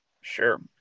Sure